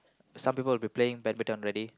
some people would be playing badminton ready